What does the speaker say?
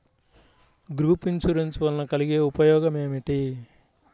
Group insurance వలన కలిగే ఉపయోగమేమిటీ?